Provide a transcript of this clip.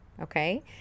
okay